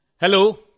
Hello